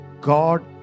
God